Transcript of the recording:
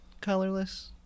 Colorless